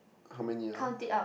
how many ah